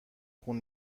خون